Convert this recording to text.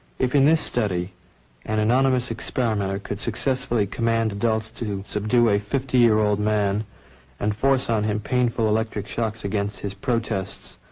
if in this study an anonymous experimenter could successfully command adults to subdue a fifty year old man and force on him painful electric shocks against his protests,